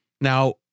Now